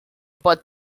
pot